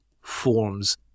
forms